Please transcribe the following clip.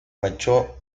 marchó